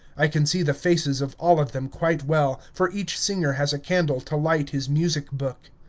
i can see the faces of all of them quite well, for each singer has a candle to light his music-book.